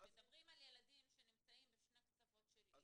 הם מדברים על ילדים שנמצאים בשני קצוות של עיר.